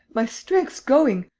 my strength's going.